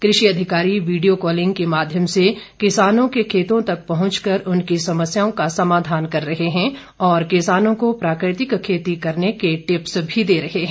कृषि अधिकारी video calling के माध्यम से किसानों के खेतों तक पहुंच कर उनकी समस्याओं का समाधान कर रहे है और किसानों को प्राकृतिक खेती करने के भी टिप्स दे रहे हैं